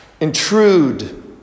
intrude